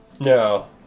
No